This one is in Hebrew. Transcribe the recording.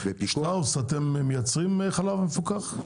שטראוס, אתם מייצרים חלב מפוקח?